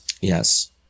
Yes